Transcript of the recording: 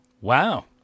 Wow